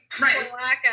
right